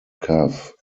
cove